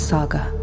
Saga